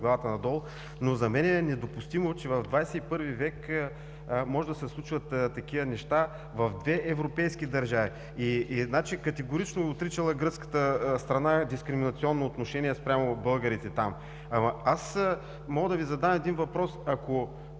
главата надолу. Но за мен е недопустимо, че в ХХI век може да се случват такива неща в две европейски държави и че категорично е отричала гръцката страна дискриминационно отношение спрямо българите там. Аз мога да Ви задам един въпрос: